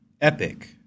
Epic